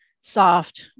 soft